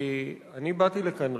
אני באתי לכאן,